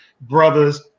brothers